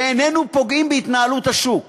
ואיננו פוגעים בהתנהלות השוק.